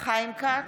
חיים כץ,